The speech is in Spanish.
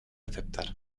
aceptar